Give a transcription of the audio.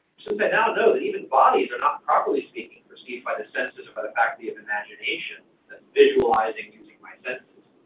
since i now know that even bodies are not properly speaking perceived by the senses or by the faculty of imagination, that's visualizing using my senses,